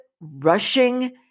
Rushing